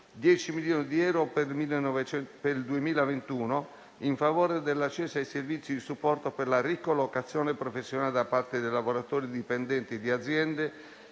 10 milioni di euro per il 2021 in favore dell'accesso ai servizi di supporto per la ricollocazione professionale da parte dei lavoratori dipendenti di aziende